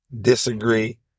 disagree